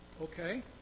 okay